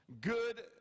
good